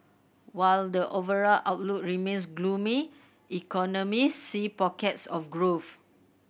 while the overall outlook remains gloomy economists see pockets of growth